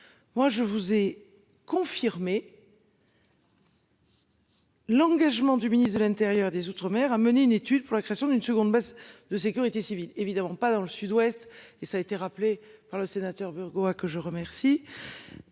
Moi je vous ai confirmé. L'engagement du ministre de l'Intérieur et des Outre-mer a mené une étude pour la création d'une seconde base de sécurité civile évidemment pas dans le Sud-Ouest et ça a été rappelé par le sénateur quoi que je remercie.